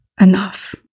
enough